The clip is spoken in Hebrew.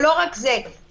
לא רק זה,